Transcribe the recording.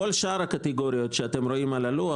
בכל שאר הקטגוריות שאתם רואים על הלוח